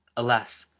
alas!